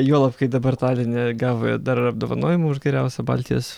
juolab kai dabar taline gavo dar apdovanojimą už geriausią baltijos